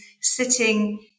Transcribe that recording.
sitting